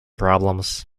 problems